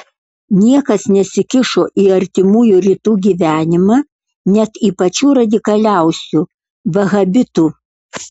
niekas nesikišo į artimųjų rytų gyvenimą net į pačių radikaliausių vahabitų